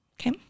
Okay